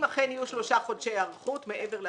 אם אכן יהיו שלושה חודשי היערכות מעבר,